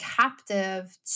captive